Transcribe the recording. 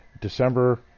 December